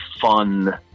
fun